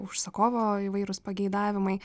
užsakovo įvairūs pageidavimai